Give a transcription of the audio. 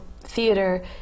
theater